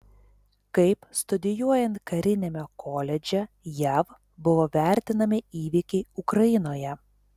kaip studijuojant kariniame koledže jav buvo vertinami įvykiai ukrainoje